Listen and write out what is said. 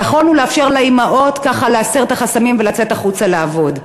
ויכולנו לאפשר לאימהות להסיר את החסמים ולצאת החוצה לעבוד.